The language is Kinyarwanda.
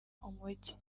umugi